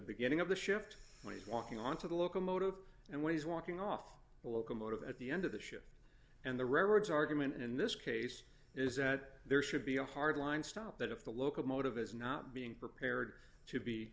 beginning of the shift when he's walking on to the locomotive and when he's walking off the locomotive at the end of the shift and the roads argument in this case is that there should be a hard line stop that if the locomotive is not being prepared to be